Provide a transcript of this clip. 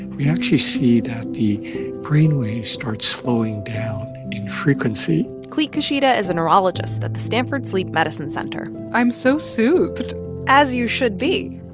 we actually see that the brainwaves start slowing down in frequency clete kushida is a neurologist at the stanford sleep medicine center i'm so soothed as you should be.